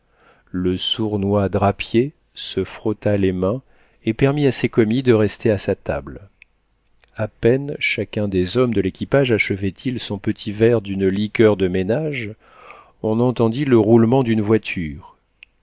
le sournois drapier se frotta les mains et permit à ses commis de rester à sa table a peine chacun des hommes de l'équipage achevait il son petit verre d'une liqueur de ménage on entendit le roulement d'une voiture